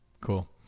cool